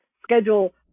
Schedule